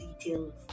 details